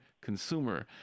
consumer